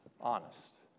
honest